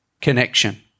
connection